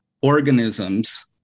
organisms